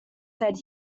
said